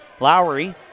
Lowry